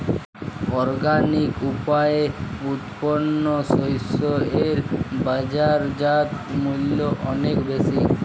organic উপায়ে উৎপন্ন শস্য এর বাজারজাত মূল্য অনেক বেশি